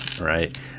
right